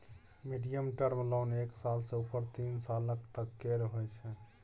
medium term loan एक साल सँ उपर तीन सालक तक केर होइ छै